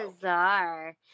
bizarre